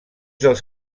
dels